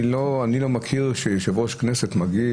אני לא מכיר מצב שבו יו"ר כנסת מגיב